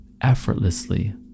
effortlessly